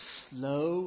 slow